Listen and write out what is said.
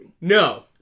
No